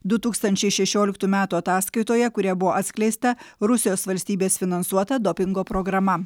du tūkstančiai šešioliktų metų ataskaitoje kuria buvo atskleista rusijos valstybės finansuota dopingo programa